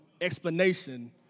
explanation